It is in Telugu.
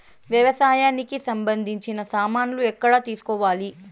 వ్యవసాయానికి సంబంధించిన సామాన్లు ఎక్కడ తీసుకోవాలి?